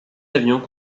avions